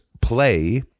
play